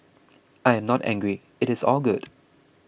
I am not angry it is all good